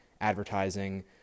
advertising